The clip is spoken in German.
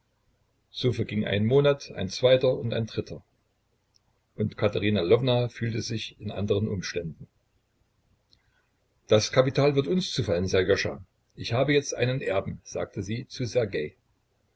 so verging ein monat ein zweiter und ein dritter und katerina lwowna fühlte sich in anderen umständen das kapital wird uns zufallen sserjoscha ich habe jetzt einen erben sagte sie zu